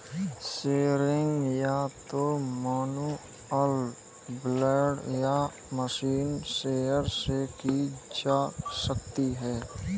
shearing या तो manual blade या मशीन शीयर से की जा सकती है